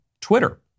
Twitter